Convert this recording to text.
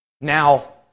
Now